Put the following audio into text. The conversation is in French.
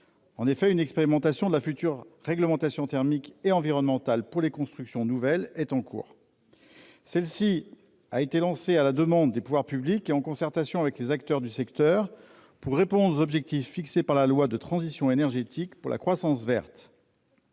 prématurée, une expérimentation de la future réglementation thermique et environnementale pour les constructions nouvelles étant en cours. Celle-ci a, en effet, été lancée à la demande des pouvoirs publics et en concertation avec les acteurs du secteur pour répondre aux objectifs fixés par la loi relative à la transition énergétique pour la croissance verte.